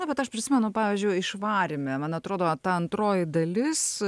na bet aš prisimenu pavyzdžiui išvaryme man atrodo ta antroji dalis